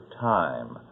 time